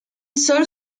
sol